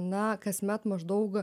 na kasmet maždaug